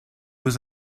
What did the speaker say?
was